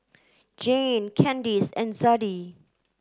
Jeanne Candyce and Zadie